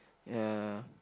ya